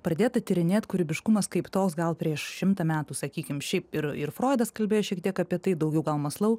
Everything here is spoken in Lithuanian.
pradėta tyrinėt kūrybiškumas kaip toks gal prieš šimtą metų sakykim šiaip ir ir froidas kalbėjo šiek tiek apie tai daugiau gal maslau